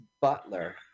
butler